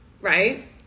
Right